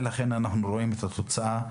ולכן אנחנו רואים את התוצאה,